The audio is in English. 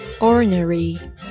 Ordinary